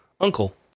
uncle